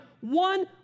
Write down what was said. one